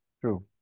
True